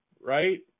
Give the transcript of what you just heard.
right